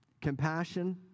compassion